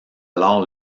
alors